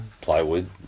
plywood